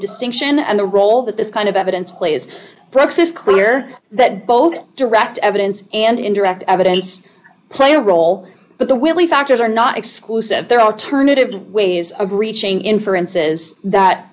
distinction and the role that this kind of evidence play is praxis clear that both direct evidence and indirect evidence play a role but the will be factors are not exclusive there alternative ways of reaching inferences that